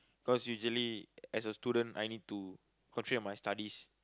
cause usual as a student I need to concentrate my studies